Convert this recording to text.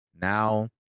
now